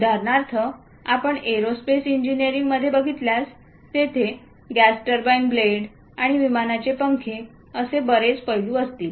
उदाहरणार्थ आपण aerospace engineering मध्ये बघितल्यास तेथे गॅस टर्बाइन ब्लेड आणि विमानाचे पंख असे बरेच पैलू असतील